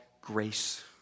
grace